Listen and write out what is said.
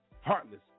Heartless